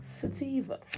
sativa